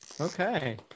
Okay